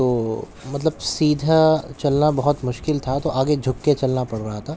تو مطلب سیدھا چلنا بہت مشکل تھا تو آگے جھک کے چلنا پڑ رہا تھا